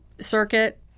circuit